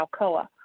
Alcoa